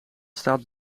staat